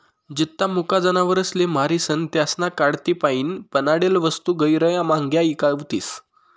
जित्ता मुका जनावरसले मारीसन त्यासना कातडीपाईन बनाडेल वस्तू गैयरा म्हांग्या ईकावतीस